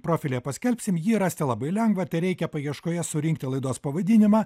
profilyje paskelbsim jį rasti labai lengva tereikia paieškoje surinkti laidos pavadinimą